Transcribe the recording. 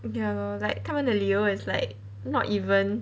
ya lor like 他们的理由 is like not even